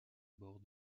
bord